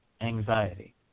anxiety